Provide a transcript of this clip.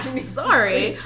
Sorry